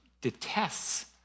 detests